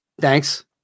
thanks